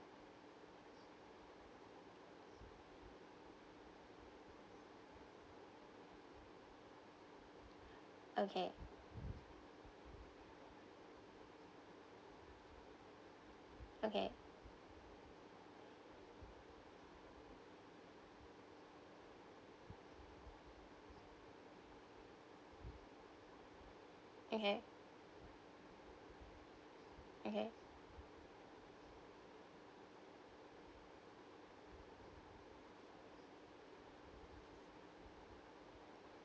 okay okay okay okay